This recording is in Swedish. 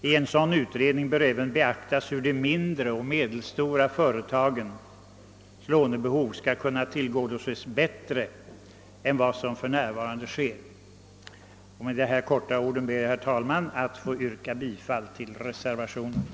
Vid en sådan utredning bör även beaktas frågan om hur de mindre och medelstora företagens lånebehov skall kunna tillgodoses bättre än vad som för närvarande sker. Med dessa kortfattade ord, herr talman, ber jag att få yrka bifall till reservationen 1.